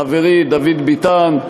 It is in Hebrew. חברי דוד ביטן,